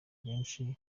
benshi